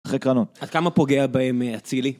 אחרי קרנון. עד כמה פוגע בהם הצילי?